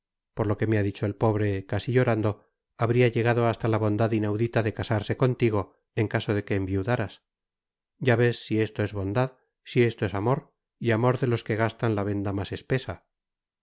por lo que me ha dicho el pobre casi llorando habría llegado hasta la bondad inaudita de casarse contigo en caso de que enviudaras ya ves si esto es bondad si esto es amor y amor de los que gastan la venda más espesa